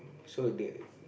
so the